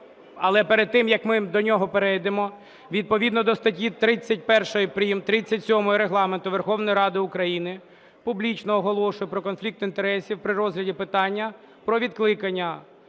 Але перед тим як ми до нього перейдемо, відповідно до статті 31 прим, 37 Регламенту Верховної Ради України публічно оголошую про конфлікт інтересів при розгляді питання про відкликання